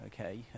okay